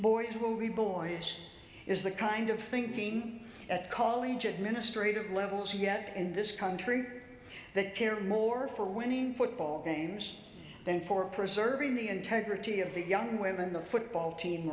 boys will reborn is the kind of thinking at college administrative levels yet in this country that care more for winning football games than for preserving the integrity of the young women the football team